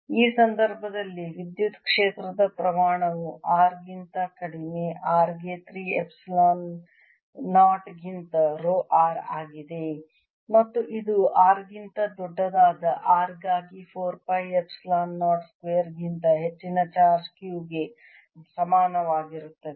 ಈ ಸಂದರ್ಭದಲ್ಲಿ ವಿದ್ಯುತ್ ಕ್ಷೇತ್ರದ ಪ್ರಮಾಣವು R ಗಿಂತ ಕಡಿಮೆ r ಗೆ 3 ಎಪ್ಸಿಲಾನ್ 0 ಗಿಂತ ರೋ r ಆಗಿದೆ ಮತ್ತು ಇದು r ಗಿಂತ ದೊಡ್ಡದಾದ r ಗಾಗಿ 4 ಪೈ ಎಪ್ಸಿಲಾನ್ 0 ಸ್ಕ್ವೇರ್ ಗಿಂತ ಹೆಚ್ಚಿನ ಚಾರ್ಜ್ Q ಗೆ ಸಮಾನವಾಗಿರುತ್ತದೆ